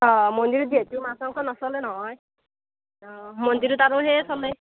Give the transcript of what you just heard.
অঁ মন্দিৰত যিহেতু মাছ মাংস নচলে নহয় অঁ মন্দিৰত আৰু সেইয়ে চলে